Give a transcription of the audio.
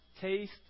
taste